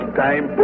time